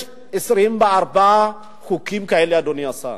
יש 24 חוקים כאלה, אדוני השר.